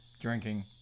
drinking